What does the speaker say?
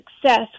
success